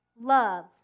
love